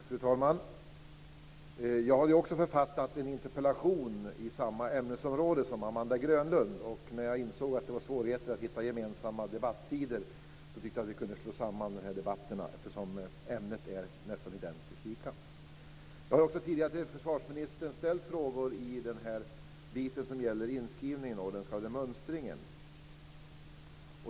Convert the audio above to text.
Fru talman! Jag har också författat en interpellation om samma ämnesområde som Amanda Grönlund. När jag insåg att det fanns svårigheter att hitta gemensamma debattider, tyckte jag att vi kunde slå samman debatterna. Ämnena är nästan identiskt lika. Jag har tidigare till försvarsministern ställt frågor om inskrivningen och mönstringen.